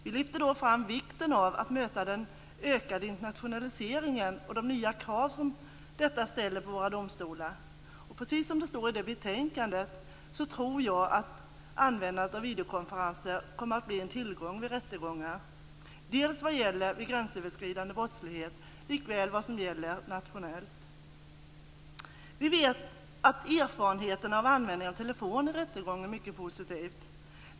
Vi lyfte fram vikten av att möta den ökade internationaliseringen och de nya krav som detta ställer på våra domstolar. Precis som det står i betänkandet tror jag att användandet av videokonferenser kommer att bli en tillgång vid rättegångar, dels vad gäller gränsöverskridande brottslighet, dels vad gäller nationell brottslighet. Vi vet att erfarenheterna av användningen av telefon i rättegångar är positiva.